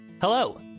Hello